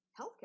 healthcare